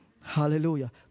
Hallelujah